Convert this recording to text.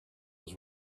was